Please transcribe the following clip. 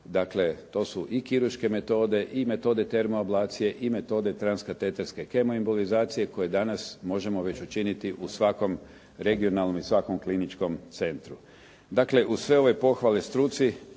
Dakle, to su i kirurške metode i metode termoablacije i metode transkateterske kemoimbolizacije koje danas možemo već učiniti u svakom regionalnom i svakom kliničkom centru. Dakle, uz sve ove pohvale struci